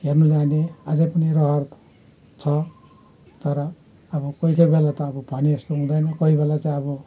हेर्नु जाने अझै पनि रहर छ तर अब कोही कोही बेला त अब भने जस्तो हुँदैन कोही बेला चाहिँ अब